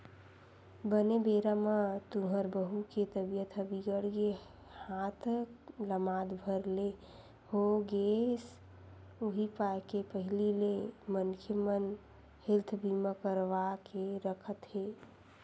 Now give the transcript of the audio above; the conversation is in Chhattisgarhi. बने बेरा म तुँहर बहू के तबीयत ह बिगड़ गे हाथ लमात भर ले हो गेस उहीं पाय के पहिली ले मनखे मन हेल्थ बीमा करवा के रखत हे